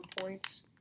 points